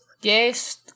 Yes